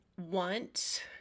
want